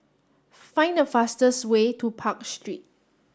find the fastest way to Park Street